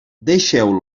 deixeu